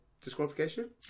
disqualification